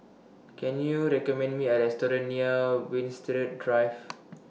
Can YOU recommend Me A Restaurant near Winstedt Drive